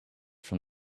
from